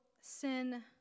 sin